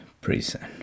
prison